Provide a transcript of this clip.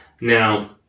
now